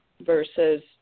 versus